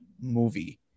movie